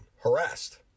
Harassed